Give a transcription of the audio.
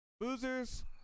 Boozer's